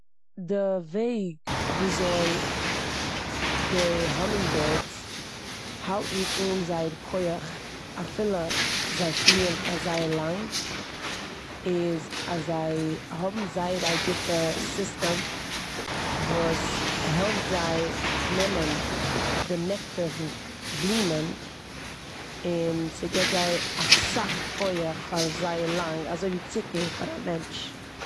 די וועג וויאזוי די האמינגבירדס האלטן אן זייער כח אפילו זיי פליען פאר זייער לאנג איז אז זיי האבן זייער א גוטע סיסטעם וואס העלפט זיי נעמען די נעקטאר פון פ- בלומען און ס'גיבט זיי אסאך כח פאר זייער לאנג, אזויווי צוקער פאר א מענטש.